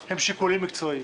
הם שיקולים מקצועיים.